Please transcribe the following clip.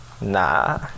Nah